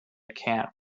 can’t